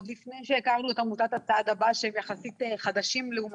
עוד לפני שהיכרנו את עמותת "הצעד הבא" שהם יחסית חדשים לעומתנו,